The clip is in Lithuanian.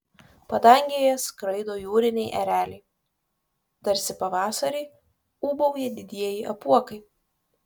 padangėje skraido jūriniai ereliai tarsi pavasarį ūbauja didieji apuokai